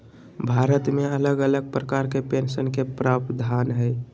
भारत मे अलग अलग प्रकार के पेंशन के प्रावधान हय